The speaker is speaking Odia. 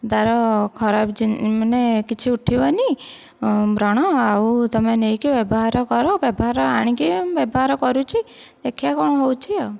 ତାର ଖରାପ ମାନେ କିଛି ଉଠିବନି ବ୍ରଣ ଆଉ ତମେ ନେଇକି ବ୍ୟବହାର କର ବ୍ୟବହାର ଆଣିକି ମୁଁ ବ୍ୟବହାର କରୁଛି ଦେଖିବା କ'ଣ ହେଉଛି ଆଉ